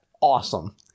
Awesome